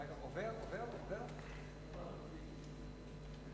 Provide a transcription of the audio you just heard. ההצעה להעביר את הצעת חוק הביטוח הלאומי (תיקון